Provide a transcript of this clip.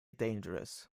dangerous